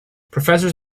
professors